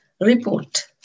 report